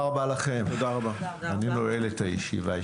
אני נועל את הישיבה.